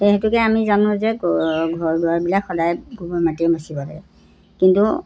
সেই হেতুকে আমি জানো যে ঘৰ দুৱাৰবিলাক সদায় গোবৰ মাটিৰে মচিব লাগে কিন্তু